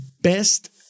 best